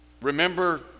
remember